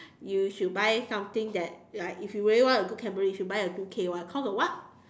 you should buy something that like if you really want a good camera you should buy a two K one cause of what